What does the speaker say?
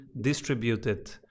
distributed